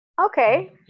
okay